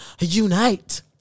unite